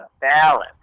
balance